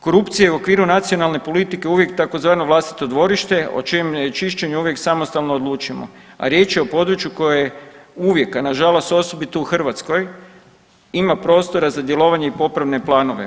Korupcija je u okviru nacionalne politike uvijek tzv. vlastito dvorište o čijem čišćenju uvijek samostalno odlučujemo, a riječ je o području koje je uvijek, a nažalost osobito u Hrvatskoj ima prostora za djelovanje i popravne planove.